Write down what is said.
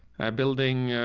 i building a,